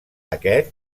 aquest